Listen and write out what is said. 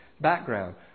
background